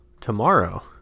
tomorrow